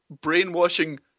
brainwashing